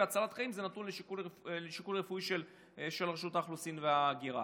והצלת חיים זה נתון לשיקול של רשות האוכלוסין וההגירה,